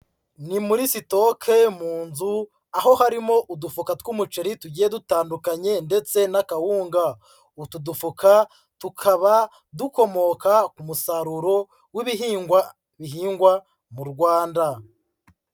Ni muri sitoke mu nzu aho harimo udufuka tw'umuceri tugiye dutandukanye ndetse n'akawunga. Utu dufuka tukaba dukomoka ku musaruro w'ibihingwa bihingwa mu Rwanda.